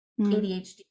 ADHD